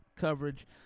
coverage